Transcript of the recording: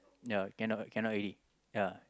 ya ya cannot cannot already